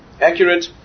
accurate